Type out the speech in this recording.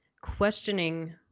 questioning